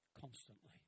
constantly